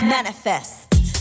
Manifest